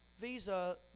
visa